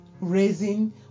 raising